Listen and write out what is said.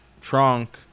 trunk